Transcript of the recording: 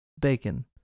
Bacon